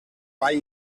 why